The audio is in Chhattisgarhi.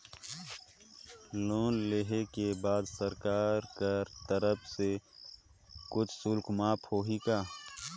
लोन लेहे के बाद सरकार कर तरफ से कुछ शुल्क माफ होही का?